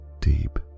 deep